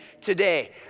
today